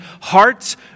hearts